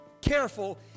careful